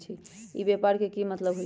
ई व्यापार के की मतलब होई छई?